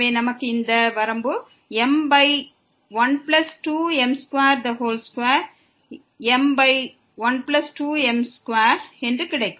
எனவே நமக்கு இந்த வரம்பு m12m2 m12m2 என்று கிடைக்கும்